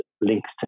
links